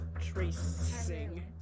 Tracing